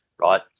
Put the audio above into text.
right